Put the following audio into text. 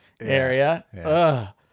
area